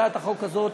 הצעת החוק הזאת,